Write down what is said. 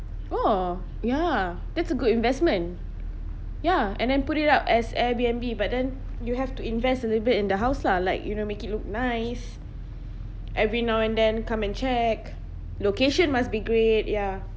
oh ya that's a good investment ya and then put it up as airbnb but then you have to invest a little bit in the house lah like you know make it look nice every now and then come and check location must be great ya